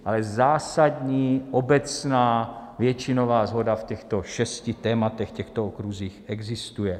Ale zásadní, obecná, většinová shoda v těchto šesti tématech, v těchto okruzích existuje.